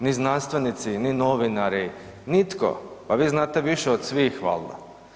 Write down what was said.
Ni znanstvenici, ni novinari, nitko, pa vi znate više od svih valjda.